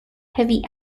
heavy